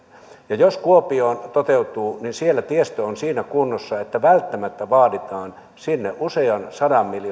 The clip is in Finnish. ja jos kuopio toteutuu niin siellä tiestö on siinä kunnossa että välttämättä vaaditaan sinne usean sadan miljoonan